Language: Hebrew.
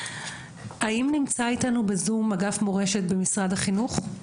האם נמצא איתנו בזום אגף מורשת במשרד החינוך?